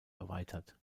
erweitert